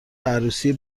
عروسی